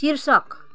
शीर्षक